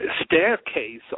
staircase